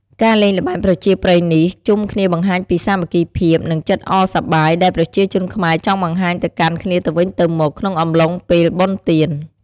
ការលេងល្បែងប្រជាប្រិយនេះជុំគ្នាបង្ហាញពីសាមគ្គីភាព និងចិត្តអរសប្បាយដែលប្រជាជនខ្មែរចង់បង្ហាញទៅកាន់គ្នាទៅវិញទៅមកក្នុងអំឡុងពេលបុណ្យទាន។